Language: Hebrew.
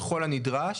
ככל הנדרש,